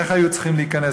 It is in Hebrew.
איך היו צריכים להיכנס,